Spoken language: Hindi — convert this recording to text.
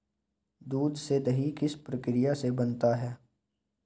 दूध से दही किस प्रक्रिया से बनता है?